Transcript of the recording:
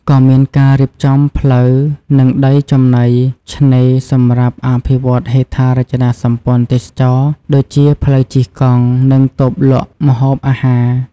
ក៏មានការរៀបចំផ្លូវ និងដីចំណីឆ្នេរសម្រាប់អភិវឌ្ឍហេដ្ឋារចនាសម្ព័ន្ធទេសចរណ៍ ដូចជា ផ្លូវជិះកង់ និងតូបលក់ម្ហូបអាហារ។